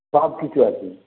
সব কিছু আছে